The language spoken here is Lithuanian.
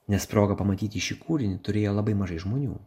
nes progą pamatyti šį kūrinį turėjo labai mažai žmonių